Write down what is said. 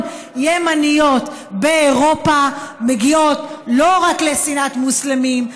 ימניות באירופה מגיעות לא רק לשנאת מוסלמים,